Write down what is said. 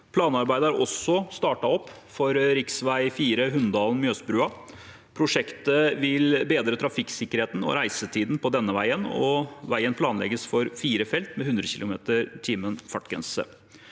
Planarbeidet har også startet opp for rv. 4 Hunndalen–Mjøsbrua. Prosjektet vil bedre trafikksikkerheten og reisetiden på denne veien, og veien planlegges for fire felt med fartsgrense